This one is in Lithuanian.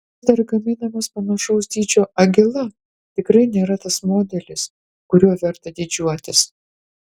vis dar gaminamas panašaus dydžio agila tikrai nėra tas modelis kuriuo verta didžiuotis